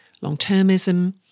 long-termism